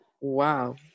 Wow